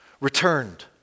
Returned